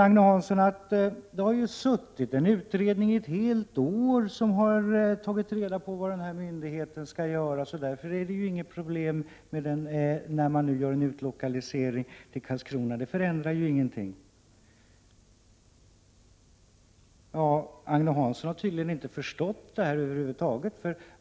Agne Hansson säger: Det har ju suttit en utredning i ett helt år som har tagit reda på vad myndigheten skall göra, så därför är det inget problem när man gör en utlokalisering till Karlskrona — det förändrar ingenting. Agne Hansson har tydligen över huvud taget inte förstått det här.